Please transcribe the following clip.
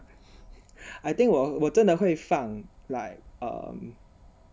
I think 我我真的会放 like err